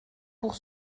pour